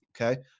Okay